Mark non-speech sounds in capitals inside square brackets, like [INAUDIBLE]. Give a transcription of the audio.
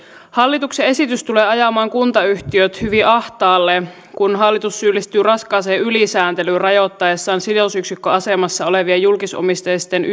hallituksen esitys tulee ajamaan kuntayhtiöt hyvin ahtaalle kun hallitus syyllistyy raskaaseen ylisääntelyyn rajoittaessaan sidosyksikköasemassa olevien julkisomisteisten [UNINTELLIGIBLE]